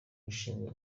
ushinzwe